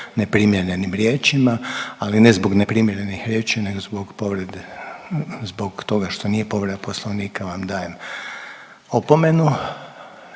neprimjerenim riječima, ali ne zbog neprimjerenih riječi nego zbog povrede zbog toga što nije povreda poslovnika vam dajem opomenu.